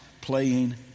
playing